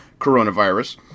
coronavirus